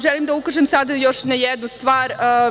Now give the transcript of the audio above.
Želim da ukažem sada još na jednu stvar.